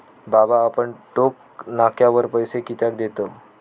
बाबा आपण टोक नाक्यावर पैसे कित्याक देतव?